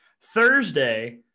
Thursday